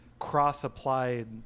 cross-applied